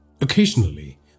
Occasionally